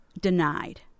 denied